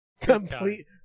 Complete